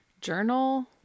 journal